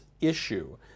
issue